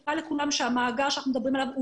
מזכירה לכולם שהמאגר שאנחנו מדברים עליו הוא